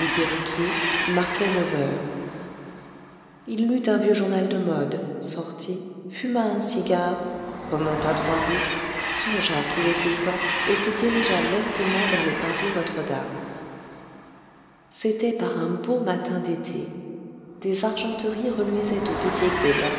perruquier qui marquait neuf heures il lut un vieux journal de modes sortit fuma un cigare remonta trois rues songea qu'il était temps et se dirigea lestement vers le parvis notre-dame c'était par un beau matin d'été des argenteries reluisaient aux boutiques